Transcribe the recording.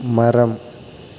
மரம்